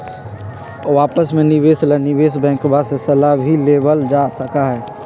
आपस के निवेश ला निवेश बैंकवा से सलाह भी लेवल जा सका हई